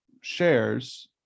shares